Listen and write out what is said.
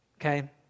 Okay